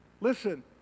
Listen